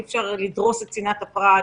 אי אפשר לדרוס את צנעת הפרט,